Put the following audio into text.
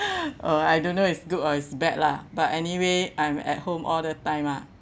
uh I don't know it's good or it's bad lah but anyway I'm at home all the time ah